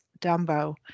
Dumbo